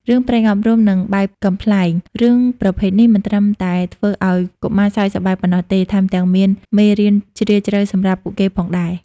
រឿងព្រេងអប់រំ និងបែបកំប្លែង រឿងប្រភេទនេះ មិនត្រឹមតែធ្វើឱ្យកុមារសើចសប្បាយប៉ុណ្ណោះទេ ថែមទាំងមានមេរៀនជ្រាលជ្រៅសម្រាប់ពួកគេផងដែរ។